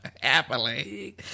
Happily